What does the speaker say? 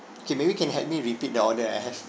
okay maybe can help me repeat the order I have